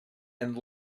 and